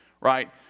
right